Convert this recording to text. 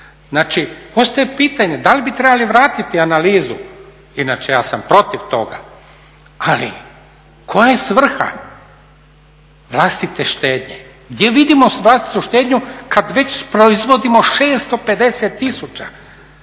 Znači, ostaje pitanje da li bi trebali vratiti analizu, inače ja sam protiv toga, ali koja je svrha vlastite štednje? Gdje vidimo vlastitu štednju kad već proizvodimo 650 tisuća